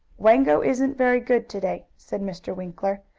wango isn't very good to-day, said mr. winkler.